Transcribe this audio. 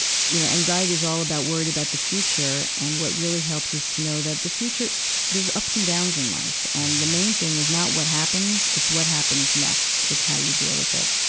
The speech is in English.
you know, anxiety is all about worry about the future. and what really helps is to know that the future there's ups and downs in life. and the main thing is not what happens, it's what happens next. it's how you deal with it.